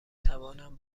توانم